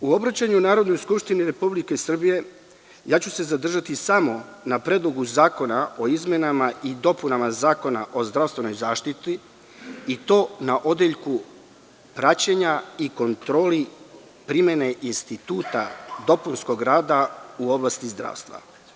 U obraćanju Narodnoj skupštini Republike Srbije, ja ću se zadržati samo na Predlogu zakona o izmenama i dopunama Zakona o zdravstvenoj zaštiti, i to na odeljku praćenja i kontrole primene instituta dopunskog rada u oblasti zdravstva.